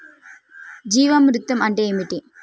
జీవామృతం అంటే ఏంటి?